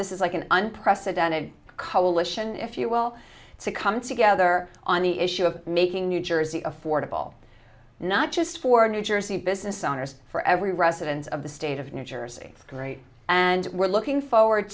this is like an unprecedented coalition if you will succumb together on the issue of making new jersey affordable not just for new jersey business owners for every resident of the state of new jersey great and we're looking forward